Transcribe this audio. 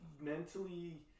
mentally